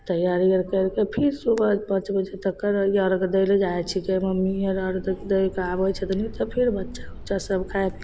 तैआरीआर करिके फेर सुबह पाँच बजे तक कर ई या अरघ दैले जाइ छिकै मम्मी आर अरघ दैके आबै छै तऽ नीकसे फेर ब बच्चोसभ खाइ छै